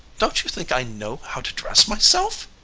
don't you think i know how to dress myself?